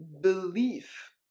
belief